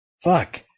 Fuck